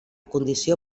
condició